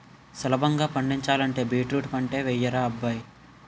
సులభంగా పండించాలంటే బీట్రూట్ పంటే యెయ్యరా అబ్బాయ్